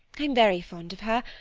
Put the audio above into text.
i'm very fond of her,